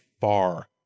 far